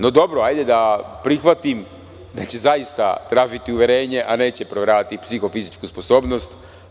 No, dobro, hajde da prihvatim da će zaista tražiti uverenje, a neće proveravati psihofizičku sposobnost.